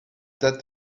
that